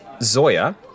Zoya